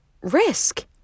risk